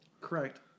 Correct